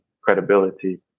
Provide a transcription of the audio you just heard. credibility